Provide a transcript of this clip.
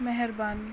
महेरबानी